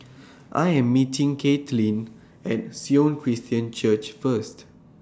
I Am meeting Caitlynn At Sion Christian Church First